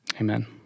amen